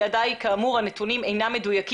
לזהות את הפערים,